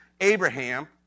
Abraham